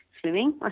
swimming